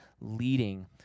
leading